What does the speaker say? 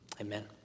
Amen